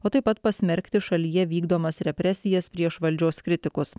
o taip pat pasmerkti šalyje vykdomas represijas prieš valdžios kritikus